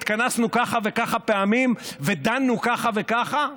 התכנסנו ככה וככה פעמים ודנו ככה וככה,